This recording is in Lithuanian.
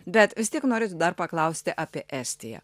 bet vis tiek noriu dar paklausti apie estiją